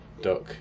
duck